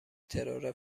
ترور